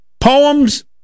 poems